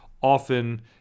often